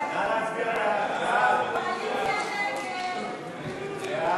ההסתייגויות לסעיף 98, הוצאות מינהל מקרקעי ישראל,